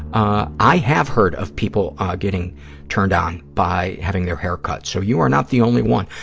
ah i have heard of people getting turned on by having their hair cut, so you are not the only one.